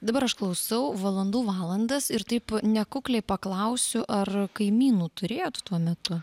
dabar aš klausau valandų valandas ir taip nekukliai paklausiu ar kaimynų turėkot tuo metu